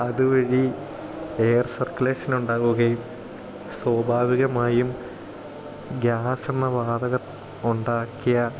അത് വഴി എയർ സർക്കുലേഷനുണ്ടാവുകയും സ്വാഭാവികമായും ഗ്യാസെന്ന വാതകം ഉണ്ടാക്കിയ